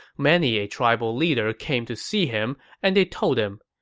many a tribal leader came to see him and they told him,